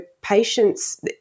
patients